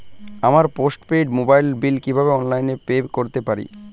আমার post paid মোবাইলের বিল কীভাবে অনলাইনে পে করতে পারি?